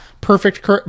perfect